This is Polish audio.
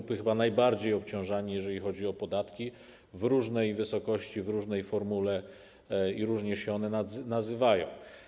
Oni są chyba najbardziej obciążani, jeżeli chodzi o podatki w różnej wysokości, w różnej formule i różnie się nazywające.